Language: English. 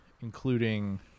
including